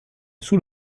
sous